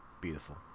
Beautiful